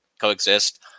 coexist